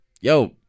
yo